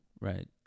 right